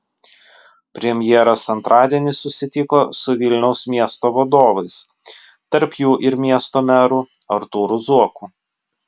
premjeras antradienį susitiko su vilniaus miesto vadovais tarp jų ir miesto meru artūru zuoku